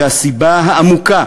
שהסיבה העמוקה